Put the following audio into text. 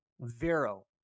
Vero